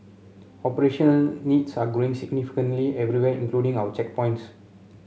operation needs are growing significantly everywhere including our checkpoints